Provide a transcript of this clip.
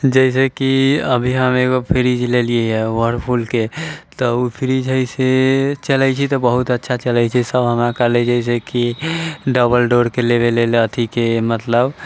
जैसे कि अभी हम एगो फ्रीज लेलियैहँ वर्लपुलके तऽ उ फ्रीज हय से चलै छै तऽ बहुत अच्छा चलै छै सभ हमरा कहै छै कि डबल डोरके लेबै लऽ अथीके मतलब